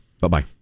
bye-bye